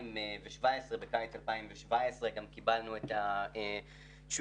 ובקיץ 2017 גם קיבלנו את התשובה,